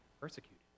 persecuted